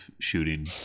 shooting